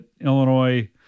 Illinois